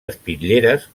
espitlleres